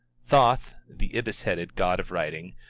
thoth, the ibis-headed god of writing,